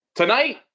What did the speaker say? Tonight